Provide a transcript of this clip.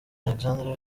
alexandre